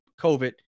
COVID